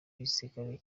w’igisirikare